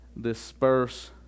disperse